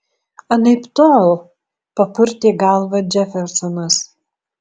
anaiptol papurtė galvą džefersonas